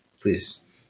please